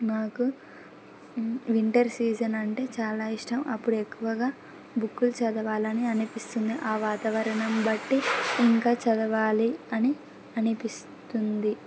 నాకు winter season అంటే చాలా ఇష్టం అప్పుడు ఎక్కువగా బుక్కులు చదవాలని అనిపిస్తుంది ఆ వాతావరణం బట్టి ఇంకా చదవాలి అని అనిపిస్తుంది